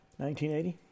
1980